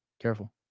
Careful